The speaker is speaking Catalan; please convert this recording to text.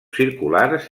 circulars